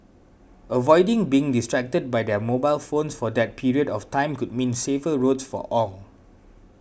avoiding being distracted by their mobile phones for that period of time could mean safer roads for all